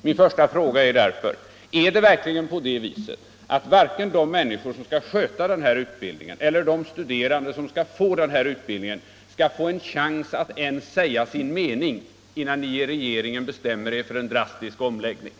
Min första fråga blir därför: Är det verkligen så att varken de människor som skall ha hand om denna utbildning eller de studerande som skall få utbildningen skall få någon chans att säga sin mening innan ni i regeringen bestämmer er för en drastisk omläggning?